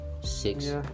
Six